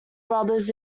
brothers